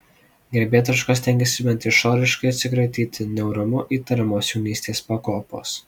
garbėtroškos stengėsi bent išoriškai atsikratyti neorumu įtariamos jaunystės pakopos